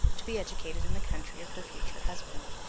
to be educated in the country of her future husband.